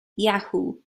yahoo